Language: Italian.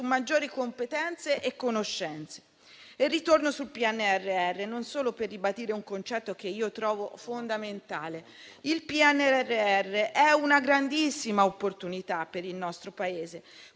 maggiori competenze e conoscenze. Ritorno sul PNRR, e non solo per ribadire un concetto che trovo fondamentale: il PNRR è una grandissima opportunità per il nostro Paese.